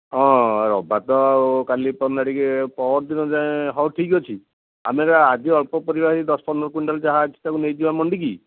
ହଁ ରବିବାର ତ କାଲି ପହରଦିନ ଆଡ଼କୁ ପହରଦିନ ଯାଏଁ ହଉ ଠିକ୍ ଅଛି ଆମେର ଆଜି ଅଳ୍ପ ପରିବା ଏଇ ଦଶ ପନ୍ଦର କୁଇଣ୍ଟାଲ୍ ଯାହା ଅଛି ତାକୁ ନେଇଯିବା ମଣ୍ଡିକୁ